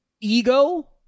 ego